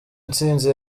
intsinzi